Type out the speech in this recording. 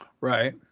right